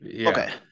okay